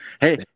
Hey